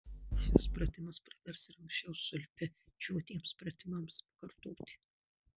šis pratimas pravers ir anksčiau solfedžiuotiems pratimams pakartoti